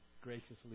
graciously